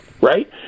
right